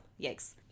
yikes